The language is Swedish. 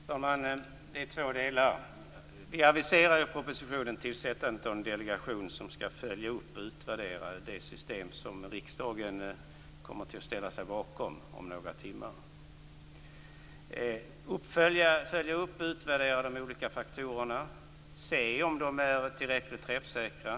Fru talman! Det är två delar. Vi aviserar i propositionen tillsättandet av en delegation som skall följa upp och utvärdera det system som riksdagen kommer att ställa sig bakom om några timmar. Den skall följa upp och utvärdera de olika faktorerna och se om de är tillräckligt träffsäkra.